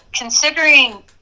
considering